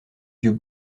yeux